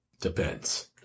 Depends